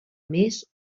més